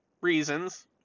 reasons